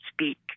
speak